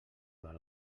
val